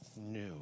new